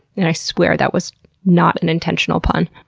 and i swear that was not an intentional pun.